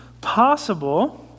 possible